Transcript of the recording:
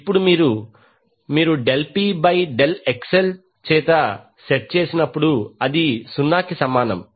ఇప్పుడు మీరు మీరు del P by del XL PXLచేత సెట్ చేసినప్పుడు అది 0 కి సమానం